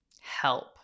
help